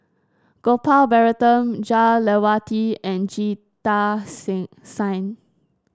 Gopal Baratham Jah Lelawati and Jita Singh